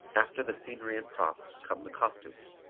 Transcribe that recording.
after the scenery and props come the costumes.